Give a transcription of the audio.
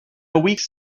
weeks